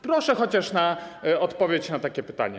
Proszę chociaż o odpowiedź na takie pytanie.